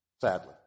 Sadly